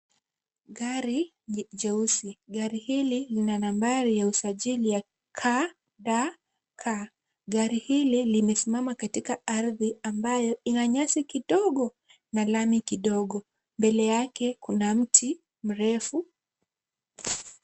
Gari jeusi. Gari hili lina nambari ya usajili ya KDK. Gari hili limesimama katika ardhi ambayo ina nyasi kidogo na lami kidogo. Mbele yake kuna mti mrefu.